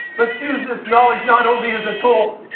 the souzas knowledge not only is it all